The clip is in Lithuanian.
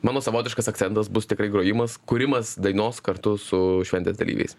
mano savotiškas akcentas bus tikrai grojimas kūrimas dainos kartu su šventės dalyviais